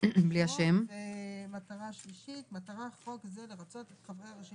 מי בעד ההסתייגות של חברי הכנסת קיש,